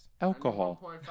Alcohol